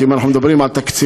כי אם אנחנו מדברים על תקציבים,